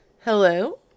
Hello